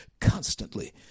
constantly